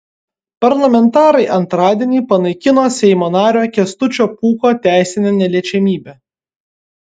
parlamentarai antradienį panaikino seimo nario kęstučio pūko teisinę neliečiamybę